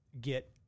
get